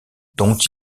dont